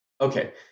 okay